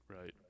Right